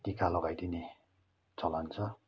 टिका लगाइदिने चलन छ